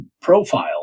profile